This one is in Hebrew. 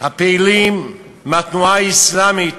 הפעילים מהתנועה האסלאמית,